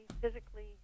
physically—